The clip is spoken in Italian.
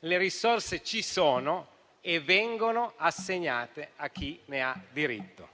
le risorse ci sono e vengono assegnate a chi ne ha diritto.